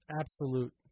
absolute